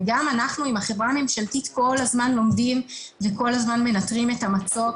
וגם אנחנו עם החברה הממשלתית כל הזמן לומדים וכל הזמן מנטרים את המצוק,